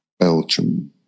Belgium